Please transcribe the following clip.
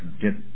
get